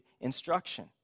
instruction